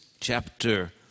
chapter